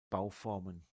bauformen